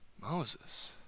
Moses